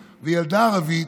אני מבקש להתנגד לעוד חוק.